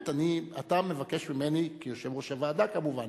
אתה מבקש ממני, כיושב-ראש הוועדה, כמובן,